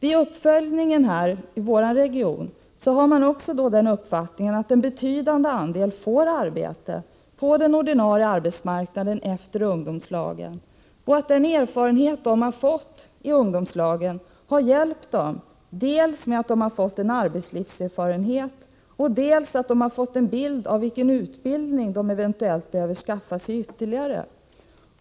I uppföljningen i vår region har man uppfattningen att en betydande andel ungdomar får arbete på den ordinarie arbetsmarknaden efter ungdomslagen och att den erfarenhet de har fått i ungdomslagen har hjälpt dem, dels genom att de har fått arbetslivserfarenhet, dels genom att de har fått en uppfattning om vilken utbildning de eventuellt behöver skaffa sig ytterligare.